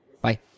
Bye